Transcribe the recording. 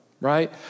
right